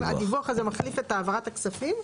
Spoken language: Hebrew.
הדיווח הזה מחליף את ההתחייבות להעברת הכספים?